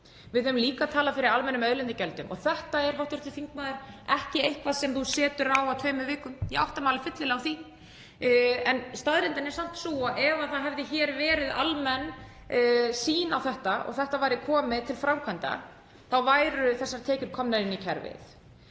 Við höfum líka talað fyrir almennum auðlindagjöldum. Þetta er ekki eitthvað, hv. þingmaður, sem þú setur á á tveimur vikum, ég átta mig fyllilega á því, en staðreyndin er samt sú að ef það hefði hér verið almenn sýn á þetta og þetta væri komið til framkvæmda þá væru þessar tekjur komnar inn í kerfið.